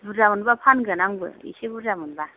बुरजा मोनबा फानगोन आंबो एसे बुरजा मोनबा